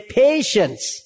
patience